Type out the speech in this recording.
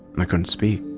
i couldn't speak.